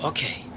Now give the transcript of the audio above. Okay